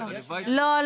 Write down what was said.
לא,